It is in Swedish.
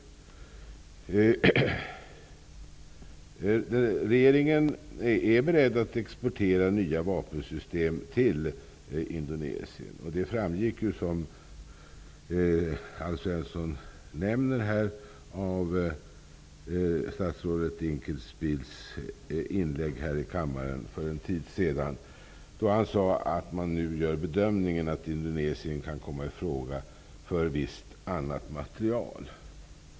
Den svenska regeringen är beredd att exportera nya vapensystem till Indonesien. Det framgick, som Alf Svensson nämnde, av statsrådet Dinkelspiels inlägg här i kammaren för en tid sedan. Ulf Dinkelspiel sade då att man ''nu gör bedömningen att Indonesien kan komma i fråga även för viss annan materiel''.